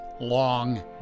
long